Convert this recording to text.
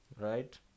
right